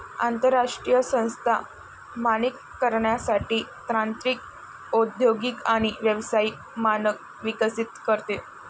आंतरराष्ट्रीय संस्था मानकीकरणासाठी तांत्रिक औद्योगिक आणि व्यावसायिक मानक विकसित करते